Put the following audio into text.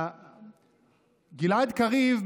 גלעד קריב,